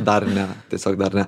dar ne tiesiog dar ne